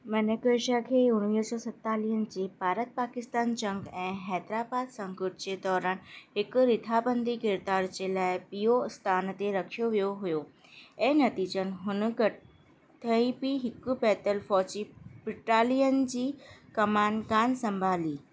मानेकशी खे उणिवीह सौ सतालीहनि जे भारत पाकिस्तान जंग ऐं हैदराबाद संकट जे दौरान हिकु रिथाबंदी किरदार जे लाइ ॿियों आस्थानु ते रखियो वियो हो ऐं नतीजतनि हुननि क कथई बि हिकु पैदल फ़ौजी बिटालियन जी कमानु कान संभाली